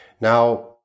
now